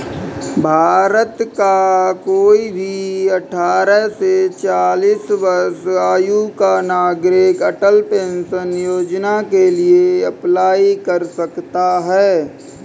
भारत का कोई भी अठारह से चालीस वर्ष आयु का नागरिक अटल पेंशन योजना के लिए अप्लाई कर सकता है